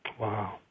Wow